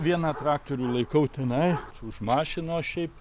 vieną traktorių laikau tenai už mašinos šiaip